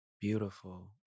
beautiful